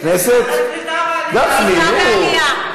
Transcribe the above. קליטה ועלייה.